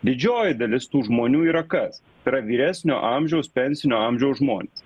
didžioji dalis tų žmonių yra kas tai yra vyresnio amžiaus pensinio amžiaus žmonės